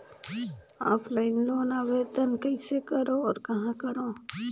Offline loan आवेदन कइसे करो और कहाँ करो?